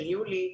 של יולי,